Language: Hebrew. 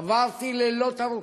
עברתי לילות ארוכים,